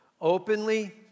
Openly